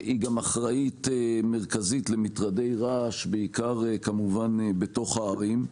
היא גם אחראית מרכזית למטרדי רעש בעיקר כמובן בתוך הערים.